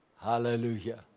Hallelujah